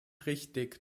richtig